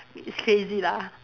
it is crazy lah